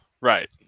right